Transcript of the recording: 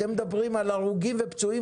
אתם מדברים על הרוגים ופצועים,